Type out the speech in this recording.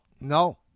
no